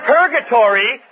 Purgatory